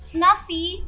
Snuffy